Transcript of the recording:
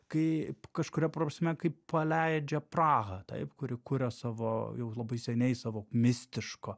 kaip kažkuria prasme kaip paleidžia prahą taip kuri kuria savo jau labai seniai savo mistiško